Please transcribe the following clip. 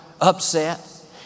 upset